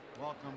Welcome